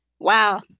Wow